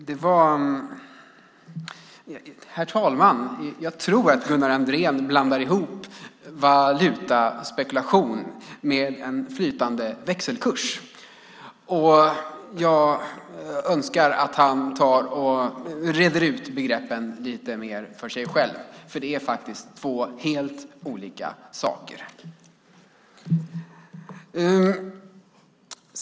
Herr talman! Jag tror att Gunnar Andrén blandar ihop valutaspekulation med flytande växelkurs. Jag önskar att han tar och reder ut begreppen lite mer för sig själv, för det är två helt olika saker.